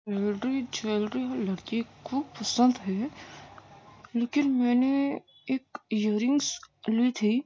میری جویلری میرے کو خوب پسند ہے لیکن میں نے ایک ایئر رنگس لی تھی